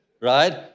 Right